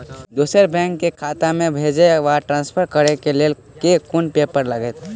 दोसर बैंक केँ खाता मे भेजय वा ट्रान्सफर करै केँ लेल केँ कुन पेपर लागतै?